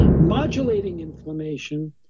modulating inflammation,